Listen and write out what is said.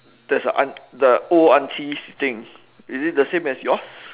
there's a aunt the old auntie sitting is it the same as yours